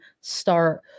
start